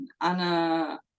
Anna